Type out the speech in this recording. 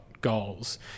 goals